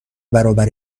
برابر